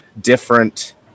different